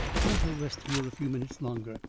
let her rest here a few minutes longer,